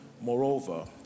Moreover